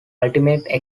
ultimate